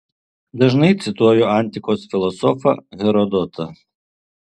dažnai cituoju antikos filosofą herodotą